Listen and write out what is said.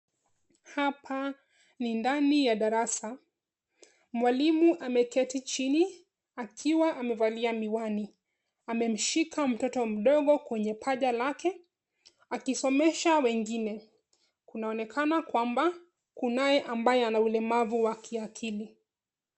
Hapa ni ndani ya darasa. Mwalimu ameketi chini akiwa amevalia miwani, amemshika mtoto mdogo kwenye paja lake, akisomesha wengine. Kunaonekana kwamba kunaye ambaye ana ulemavu wa kiakili.